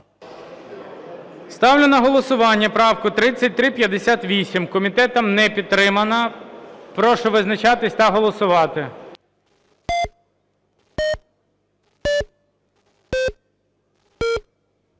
Ставлю на голосування правку 3358, комітетом не підтримана. Прошу визначатись та голосувати.